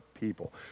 people